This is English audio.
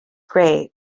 gray